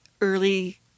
early